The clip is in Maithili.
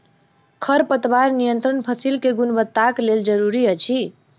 खरपतवार नियंत्रण फसील के गुणवत्ताक लेल जरूरी अछि